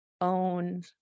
own